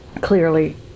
Clearly